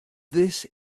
this